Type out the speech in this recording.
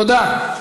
תודה.